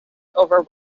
over